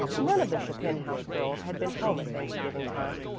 none of the chapin house girls had been home at thanksgiving time,